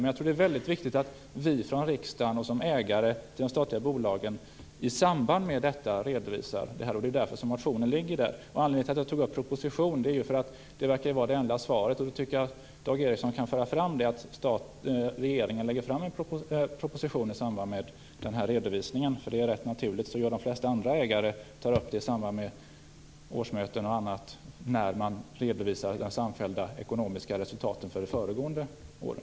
Men det är viktigt att vi från riksdagen, som ägare till de statliga bolagen, i samband med detta redovisar det här. Det är därför som motionen ligger där. Anledningen till att jag tog upp frågan om en proposition är att det verkar vara det enda svaret. Jag tycker att Dag Ericson då kan föra fram att regeringen skall lägga fram en proposition i samband med den här redovisningen. Det är rätt naturligt - de flesta andra ägare tar upp det i samband med årsmöten och annat när de redovisar de samfällda ekonomiska resultaten för de föregående åren.